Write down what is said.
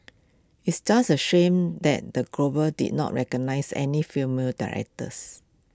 it's just A shame that the Globes did not recognise any female directors